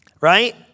Right